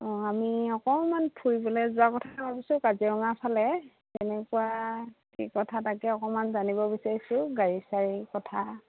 অঁ আমি অকণমান ফুৰিবলৈ যোৱা কথা ভাবিছোঁ কাজিৰঙা ফালে তেনেকুৱা কি কথা তাকে অকণমান জানিব বিচাৰিছোঁ গাড়ী চাৰী কথা